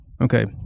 Okay